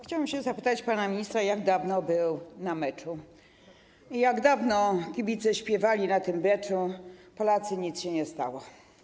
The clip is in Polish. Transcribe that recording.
Chciałam zapytać pana ministra, jak dawno był na meczu i jak dawno kibice śpiewali na tym meczu ˝Polacy, nic się nie stało˝